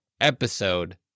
episode